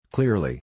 Clearly